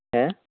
ᱦᱮᱸ